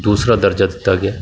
ਦੂਸਰਾ ਦਰਜਾ ਦਿੱਤਾ ਗਿਆ